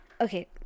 Okay